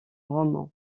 roman